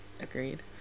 Agreed